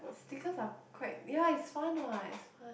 stickers are quite ya it's fun what it's fun